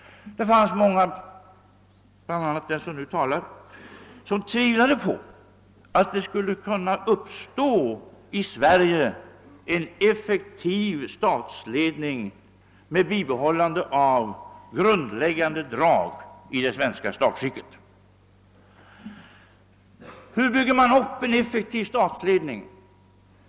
Många — bl.a. den som nu talar — tvivlade på att en effektiv statsledning skulle kunna uppstå i Sverige med bibehållande av grundläggande drag i det svenska statsskicket. Hur bygger man upp en effektiv statsledning?